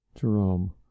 Jerome